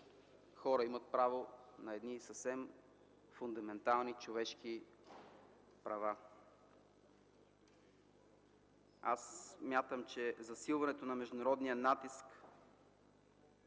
хора имат право на едни съвсем фундаментални човешки права. Смятам, че засилването на международния натиск